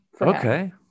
okay